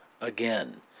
again